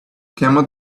camel